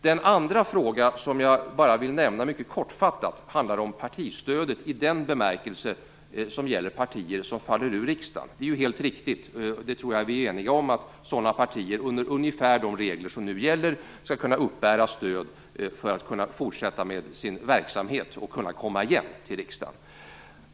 Den andra fråga som jag mycket kortfattat vill nämna handlar om det partistöd som tillfaller partier som faller ur riksdagen. Jag tror att vi är eniga om att sådana partier under ungefär de regler som nu gäller skall kunna uppbära stöd för att kunna fortsätta med sin verksamhet och kunna komma igen till riksdagen.